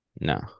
No